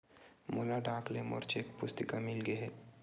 मोला डाक ले मोर चेक पुस्तिका मिल गे हे